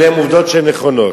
אלה הן עובדות נכונות.